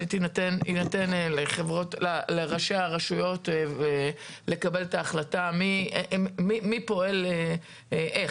שיינתן לראשי הרשויות לקבל את ההחלטה מי פועל איך.